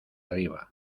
arriba